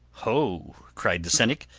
ho! cried the cynic,